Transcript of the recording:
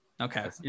okay